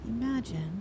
Imagine